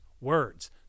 words